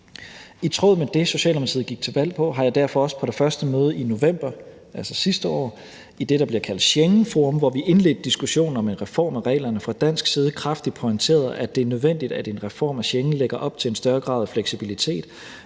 I tråd med det, Socialdemokratiet gik til valg på, har jeg derfor også på det første møde i november, altså sidste år, i det, der bliver kaldt Schengen Forum, hvor vi indledte diskussionen om en reform af reglerne fra dansk side, kraftigt pointeret, at det er nødvendigt, at en reform af Schengen lægger op til en større grad af fleksibilitet,